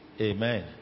Amen